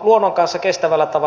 luonnon kanssa kestävällä tavalla hoidetaan